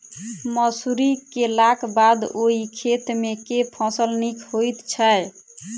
मसूरी केलाक बाद ओई खेत मे केँ फसल नीक होइत छै?